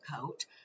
coat